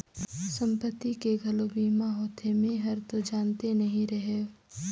संपत्ति के घलो बीमा होथे? मे हरतो जानते नही रहेव